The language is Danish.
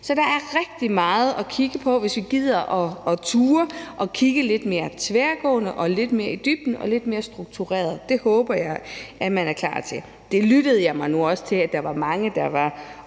Så der er rigtig mange ting at kigge på, hvis vi gider at nu gider at turde at kigge lidt mere tværgående og lidt mere i dybden og lidt mere struktureret. Det håber jeg at man er klar til. Når jeg lytter mig til det, hører jeg også, at der var mange, der var